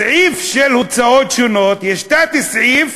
בסעיף של "הוצאות שונות" יש תת-סעיף,